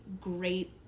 great